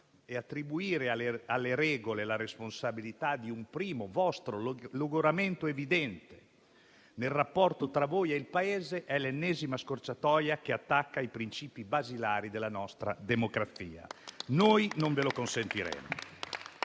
e attribuire alle regole la responsabilità di un primo vostro logoramento evidente nel rapporto tra voi e il Paese è l'ennesima scorciatoia che attacca i principi basilari della nostra democrazia. Noi non ve lo consentiremo.